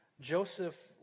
Joseph